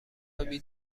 آبی